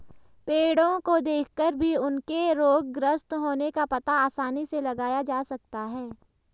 पेड़ो को देखकर भी उनके रोगग्रस्त होने का पता आसानी से लगाया जा सकता है